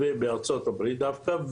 דווקא בארצות הברית.